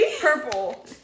Purple